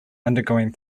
undergoing